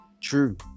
True